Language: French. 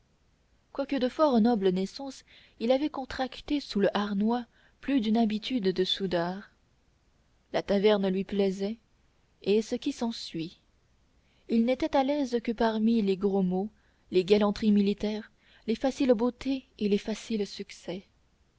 quoique de fort noble naissance il avait contracté sous le harnois plus d'une habitude de soudard la taverne lui plaisait et ce qui s'ensuit il n'était à l'aise que parmi les gros mots les galanteries militaires les faciles beautés et les faciles succès